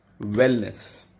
wellness